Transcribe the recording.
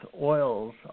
oils